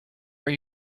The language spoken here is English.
are